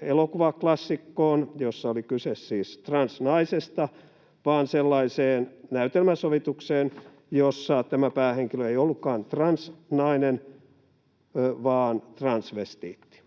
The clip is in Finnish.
elokuvaklassikkoon, jossa oli kyse siis transnaisesta, vaan sellaiseen näytelmäsovitukseen, jossa tämä päähenkilö ei ollutkaan transnainen vaan transvestiitti.